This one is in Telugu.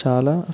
చాలా